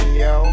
yo